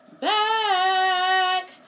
back